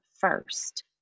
first